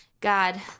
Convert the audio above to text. God